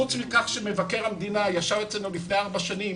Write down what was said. חוץ מכך שמבקר המדינה ונציגיו ישבו אצלנו לפני 4 שנים